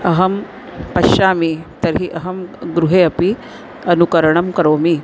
अहं पश्यामि तर्हि अहं गृहे अपि अनुकरणं करोमि